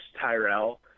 Tyrell